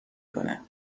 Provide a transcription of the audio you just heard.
کنه